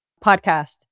podcast